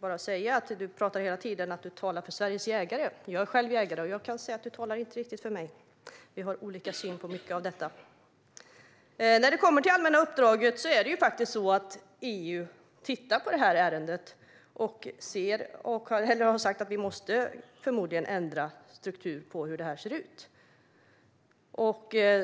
jag säga att du hela tiden talar för Sveriges jägare. Jag är själv jägare, och du talar inte riktigt för mig. Vi har olika syn på mycket av detta. När det kommer till det allmänna uppdraget tittar EU på ärendet och har sagt att vi förmodligen måste ändra struktur på hur det ser ut.